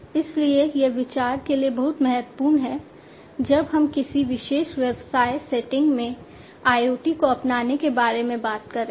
इसलिए यह विचार के लिए बहुत महत्वपूर्ण है जब हम किसी विशेष व्यवसाय सेटिंग में IoT को अपनाने के बारे में बात कर रहे हैं